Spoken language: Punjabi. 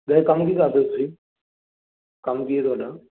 ਤੇ ਕੰਮ ਕੀ ਕਰਦੇ ਤੁਸੀਂ ਕੰਮ ਕੀ ਹੈ ਤੁਹਾਡਾ